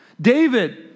David